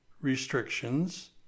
restrictions